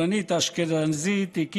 לשר לשיתוף פעולה אזורי ממשרד האוצר התקבלה.